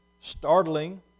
startling